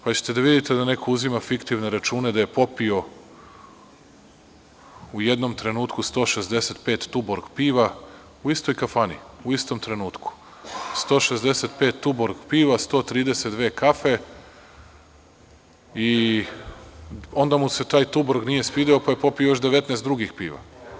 Pa ćete da vidite da neko uzima fiktivne račune da je popio u jednom trenutku 165 „tuborg“ piva u istoj kafani, u istom trenutku, 165 „tuborg“ piva, 132 kafe i onda mu se taj „tuborg“ nije svideo pa je popio još 19 drugih piva.